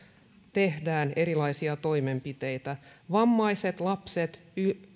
tehdään erilaisia toimenpiteitä vammaiset lapset